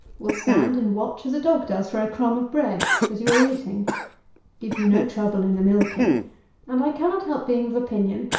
will stand and watch, as a dog does, for a crumb of bread, as you are eating give you no trouble in the milking and i cannot help being of opinion,